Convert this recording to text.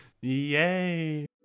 yay